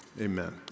Amen